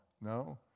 no